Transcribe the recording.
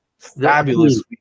Fabulous